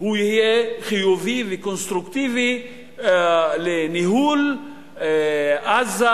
הוא יהיה חיובי וקונסטרוקטיבי לניהול עזה